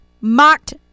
mocked